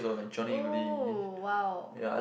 oh !wow!